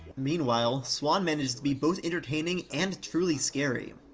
meanwhile, swan manages to be both entertaining and truly scary.